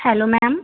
hello ma'am